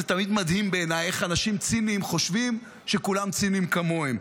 זה תמיד מדהים בעיניי איך אנשים ציניים חושבים שכולם ציניים כמוהם.